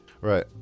right